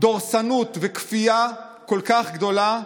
דורסנות וכפייה כל כך גדולה,